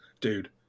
Dude